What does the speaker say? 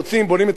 בונים את הגדר,